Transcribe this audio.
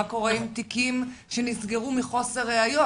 מה קורה עם תיקים שנסגרו מחוסר ראיות,